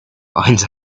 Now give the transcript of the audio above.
finds